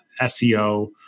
SEO